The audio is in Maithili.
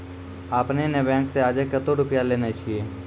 आपने ने बैंक से आजे कतो रुपिया लेने छियि?